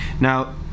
Now